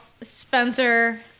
Spencer